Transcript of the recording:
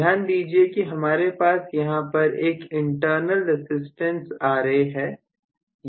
ध्यान दीजिए कि हमारे पास यहां पर एक इंटरनल रसिस्टेंस Ra है